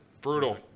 Brutal